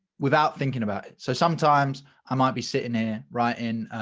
without thinking about it. so sometimes i might be sitting there right in